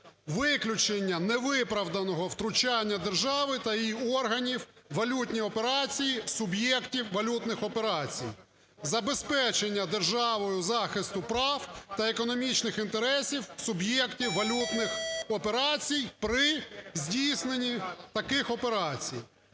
"виключення невиправданого втручання держави та її органів в валютні операції суб'єктів валютних операцій; забезпечення державою захисту прав та економічних інтересів суб'єктів валютних операцій при здійсненні таких операцій".